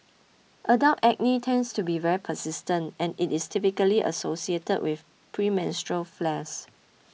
adult acne tends to be very persistent and it is typically associated with premenstrual flares